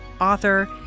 author